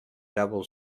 double